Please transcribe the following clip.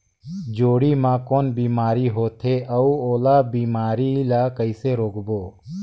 जोणी मा कौन बीमारी होथे अउ ओला बीमारी ला कइसे रोकबो?